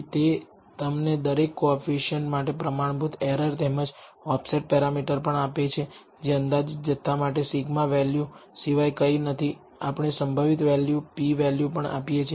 તે તમને દરેક કોએફીસીએંટ માટે પ્રમાણભૂત એરર તેમજ ઓફસેટ પેરામીટર પણ આપે છે જે અંદાજિત જથ્થા માટે σ વેલ્યુ સિવાય કંઈ નથી અને આપણે સંભવિત વેલ્યુ p વેલ્યુ પણ આપીએ છીએ